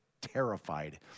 terrified